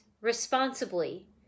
responsibly